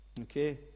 Okay